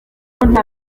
nta